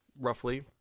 roughly